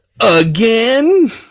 again